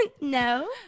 No